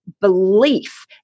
belief